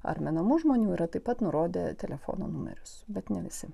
ar menamų žmonių yra taip pat nurodę telefono numerius bet ne visi